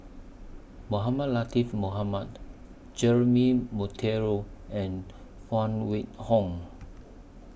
Mohamed Latiff Mohamed Jeremy Monteiro and Phan Wait Hong